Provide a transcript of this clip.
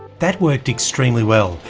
that worked extremely well,